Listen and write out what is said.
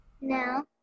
No